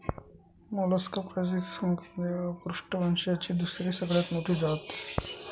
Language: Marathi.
मोलस्का प्रजातींच्या संख्येमध्ये अपृष्ठवंशीयांची दुसरी सगळ्यात मोठी जात आहे